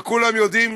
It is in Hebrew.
כולם יודעים